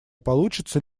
получится